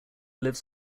lives